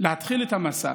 להתחיל את המסע